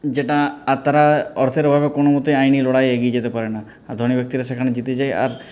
যেটা আর তারা অর্থের অভাবে কোনোমতেই আইনের লড়াইয়ে এগিয়ে যেতে পারে না আর ধনী ব্যক্তিরা সেখানে জিতে যায় আর